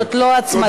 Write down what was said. זאת לא הצמדה.